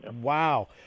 Wow